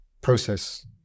process